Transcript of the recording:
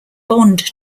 bond